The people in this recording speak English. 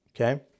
Okay